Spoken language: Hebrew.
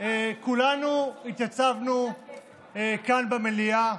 כולנו התייצבנו כאן במליאה,